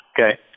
Okay